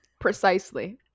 precisely